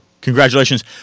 Congratulations